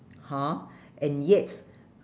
hor and yet